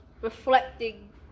reflecting